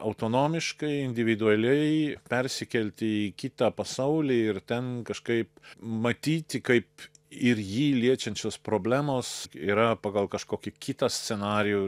autonomiškai individualiai persikelti į kitą pasaulį ir ten kažkaip matyti kaip ir jį liečiančios problemos yra pagal kažkokį kitą scenarijų